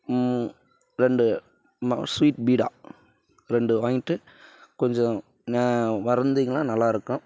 ரெண்டு ம ஸ்வீட் பீடா ரெண்டு வாங்கிட்டு கொஞ்சம் நே வந்தீங்கனா நல்லாயிருக்கும்